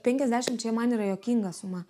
penkiasdešimt čia man yra juokinga suma